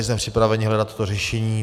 Jsme připraveni hledat řešení.